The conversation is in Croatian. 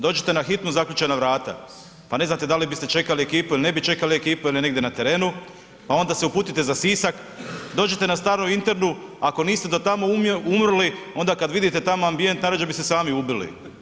Dođete na hitnu, zaključana vrata, pa ne znate da li biste čekali ekipu ili ne bi čekali ekipu jer je negdje na terenu, pa onda se uputite za Sisak, dođete na staru internu ako niste do tamo umrli onda kad vidite tamo ambijent najrađe bi se sami ubili.